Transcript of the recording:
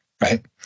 right